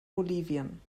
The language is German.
bolivien